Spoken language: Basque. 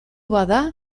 bada